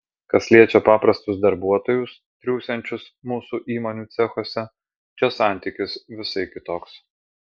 kas liečia paprastus darbuotojus triūsiančius mūsų įmonių cechuose čia santykis visai kitoks